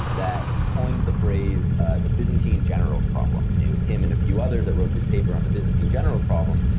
that he coined the phrase ah the byzantine generals problem, and it was him and a few others that wrote this paper on the byzantine generals problem,